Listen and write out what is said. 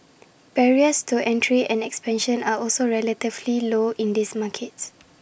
barriers to entry and expansion are also relatively low in these markets